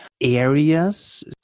areas